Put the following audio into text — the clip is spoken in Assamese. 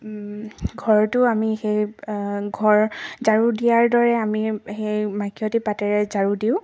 ঘৰতো আমি সেই ঘৰ ঝাৰু দিয়াৰ দৰে আমি সেই মাখিয়তী পাতেৰে ঝাৰু দিওঁ